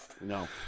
no